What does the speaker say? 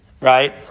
right